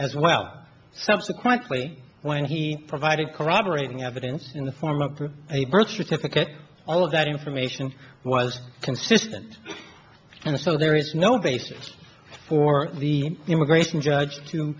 as well subsequently when he provided corroborating evidence in the form of a birth certificate all of that information was consistent and so there is no basis for the immigration judge to